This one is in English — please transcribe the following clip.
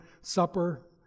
supper